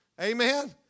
Amen